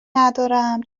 ندارم